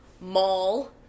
mall